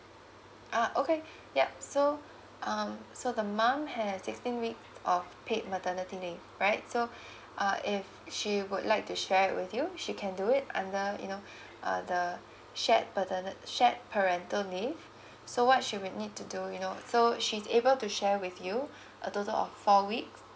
ah okay yup so um so the mom has sixteen week of paid maternity leave right so uh if she would like to share with you she can do it under you know uh the shared paterni~ shared parental leave so what she will need to do you know so she's able to share with you a total of four weeks